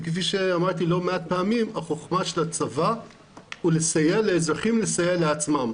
וכפי שאמרתי לא מעט פעמים החכמה של הצבא הוא לסייע לאזרחים לסייע לעצמם,